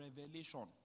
revelation